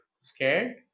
scared